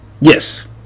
yes